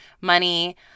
money